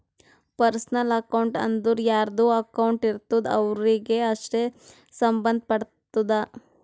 personal account ಅಂದುರ್ ಯಾರ್ದು account ಇರ್ತುದ್ ಅವ್ರಿಗೆ ಅಷ್ಟೇ ಸಂಭಂದ್ ಪಡ್ತುದ